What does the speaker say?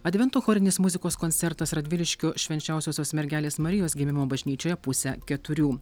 advento chorinės muzikos koncertas radviliškio švenčiausiosios mergelės marijos gimimo bažnyčioje pusę keturių